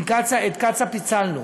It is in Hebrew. את קצא"א פיצלנו